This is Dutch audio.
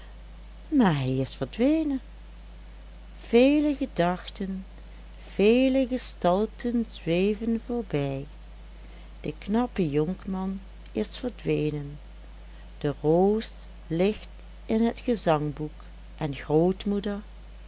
maar hij is verdwenen vele gedachten vele gestalten zweven voorbij de knappe jonkman is verdwenen de roos ligt in het gezangboek en grootmoeder